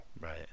Right